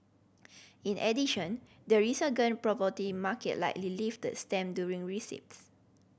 in addition the resurgent property market likely lifted stamp during receipts